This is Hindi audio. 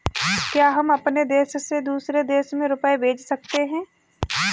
क्या हम अपने देश से दूसरे देश में रुपये भेज सकते हैं?